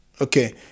okay